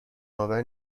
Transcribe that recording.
آور